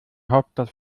hauptstadt